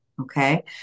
Okay